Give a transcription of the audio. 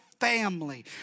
family